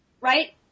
right